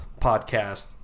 podcast